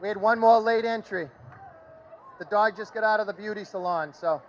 we had one more laden tree the dog just got out of the beauty salon so